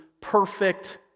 perfect